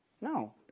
No